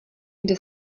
jde